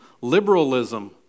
Liberalism